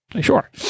Sure